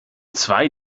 zwei